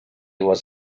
was